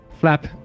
flap